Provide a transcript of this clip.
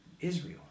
Israel